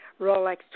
Rolex